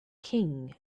king